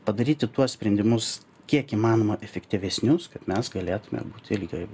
padaryti tuos sprendimus kiek įmanoma efektyvesnius kad mes galėtumėm būti kaip